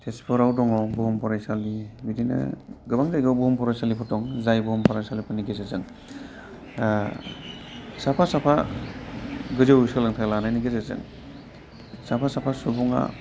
तेजपुराव दङ बुहुमफरायसालि बिदिनो गोबां जायगायाव बुहुम फरायसालिफोर दं जाय बुहुम फरायसालिफोरनि गेजेरजों दा साफा साफा गोजौ सोलोंथाइ लानायनि गेजेरजों साफा साफा सुबुङा